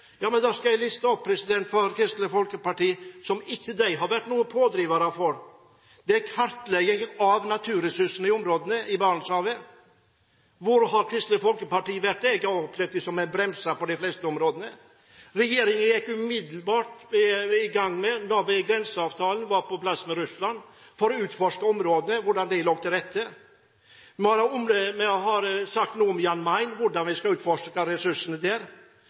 Da skal jeg liste opp for Kristelig Folkeparti saker som de ikke har vært noen pådrivere for: Det er kartlegging av naturressursene i områdene, i Barentshavet. Hvor var Kristelig Folkeparti? Jeg har opplevd dem som en brems på de fleste områdene. Regjeringen gikk umiddelbart da grenseavtalen med Russland kom på plass, i gang med å utforske området, hvordan det lå til rette. Vi har sagt noe om Jan Mayen og om hvordan vi skal utforske ressursene der.